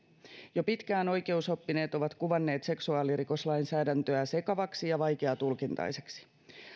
jo pitkään oikeusoppineet ovat kuvanneet seksuaalirikoslainsäädäntöä sekavaksi ja vaikeatulkintaiseksi